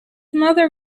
mother